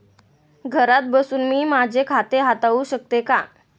घरात बसून मी माझे खाते हाताळू शकते का?